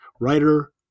writer